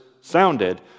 sounded